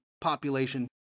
population